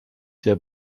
der